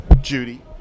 Judy